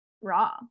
raw